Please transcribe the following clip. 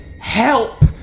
Help